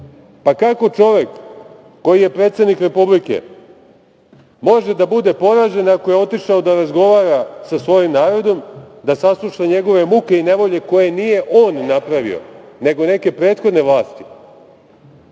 Kako čovek koji je predsednik Republike može da bude poražen ako je otišao da razgovara sa svojim narodom, da sasluša njegove muke i nevolje koje nije on napravio, nego neke prethodne vlasti